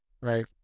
right